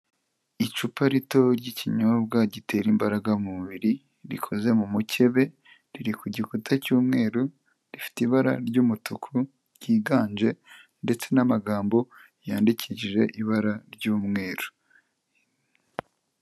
Icupa rito ry'ikinyobwa gitera imbaraga mu mubiri, rikoze mu mukebe, riri ku gikuta cy'umweru, rifite ibara ry'umutuku ryiganje ndetse n'amagambo yandikishije ibara ry'umweru.